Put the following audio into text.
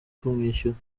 kumwishyura